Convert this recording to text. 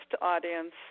audience